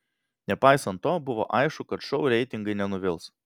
nepaisant to buvo aišku kad šou reitingai nenuvils